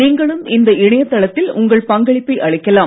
நீங்களும் இந்த இணையதளத்தில் உங்கள் பங்களிப்பை அளிக்கலாம்